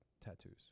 Tattoos